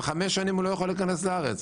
וחמש שנים הוא לא יכול להיכנס לארץ.